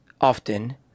often